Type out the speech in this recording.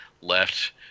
left